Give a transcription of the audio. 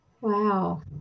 Wow